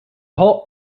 whole